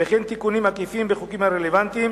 וכן תיקונים עקיפים בחוקים הרלוונטיים.